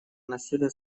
насилия